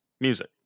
music